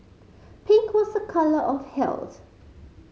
pink was a colour of health